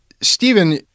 Stephen